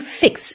fix